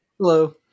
Hello